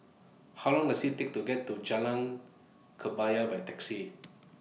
How Long Does IT Take to get to Jalan Kebaya By Taxi